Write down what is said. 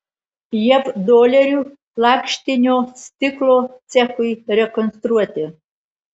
jav dolerių lakštinio stiklo cechui rekonstruoti